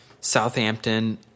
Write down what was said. Southampton